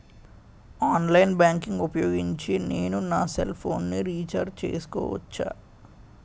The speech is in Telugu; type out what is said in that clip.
ఆన్లైన్ బ్యాంకింగ్ ఊపోయోగించి నేను నా సెల్ ఫోను ని రీఛార్జ్ చేసుకోవచ్చా?